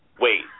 Wait